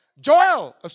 Joel